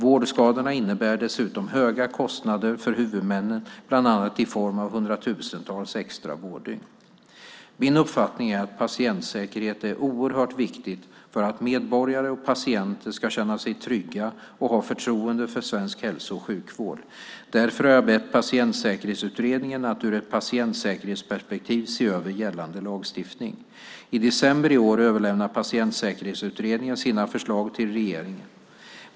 Vårdskadorna innebär dessutom höga kostnader för huvudmännen, bland annat i form av hundratusentals extra vårddygn. Min uppfattning är att patientsäkerhet är oerhört viktigt för att medborgare och patienter ska känna sig trygga och ha förtroende för svensk hälso och sjukvård. Därför har jag bett Patientsäkerhetsutredningen att ur ett patientsäkerhetsperspektiv se över gällande lagstiftning. I december i år överlämnar Patientsäkerhetsutredningen sina förslag till regeringen.